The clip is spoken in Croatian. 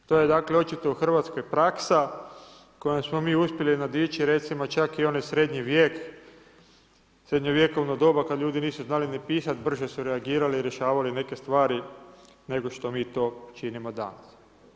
To je dakle očito u Hrvatskoj praksa kojom smo mi uspjeli nadići recimo čak i onaj srednji vijek, srednjovjekovno doba kad ljudi nisu znali ni pisati, brže su reagirali i rješavali neke stvari nego što mi to činimo danas.